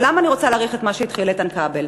ולמה אני רוצה להאריך במה שהתחיל איתן כבל?